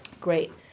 Great